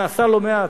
נעשה לא מעט.